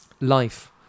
life